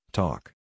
talk